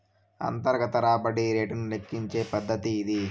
అంతర్గత రాబడి రేటును లెక్కించే పద్దతి ఇది